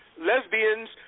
lesbians